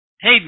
Hey